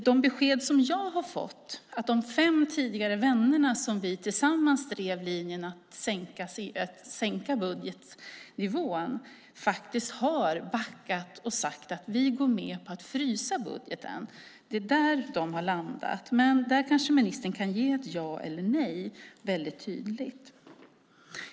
De besked som jag har fått är att de fem tidigare vännerna med vilka vi tillsammans drev linjen att sänka budgetnivån har backat och sagt att de går med på att frysa budgeten, att det är där de har landat, men där kanske ministern kan ge ett tydligt besked, ja eller nej.